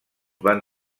van